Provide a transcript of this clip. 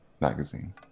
magazine